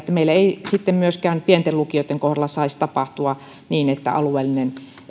meillä ei sitten myöskään pienten lukioiden kohdalla saisi tapahtua niin että alueellinen